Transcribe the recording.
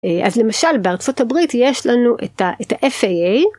אז למשל בארה״ב יש לנו את ה-FAA.